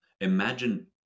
imagine